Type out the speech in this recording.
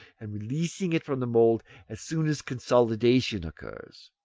and releasing it from the mould as soon as consolidation occurs,